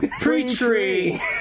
Pre-tree